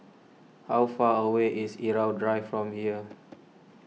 how far away is Irau Drive from here